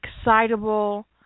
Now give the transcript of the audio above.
excitable